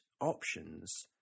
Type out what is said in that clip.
options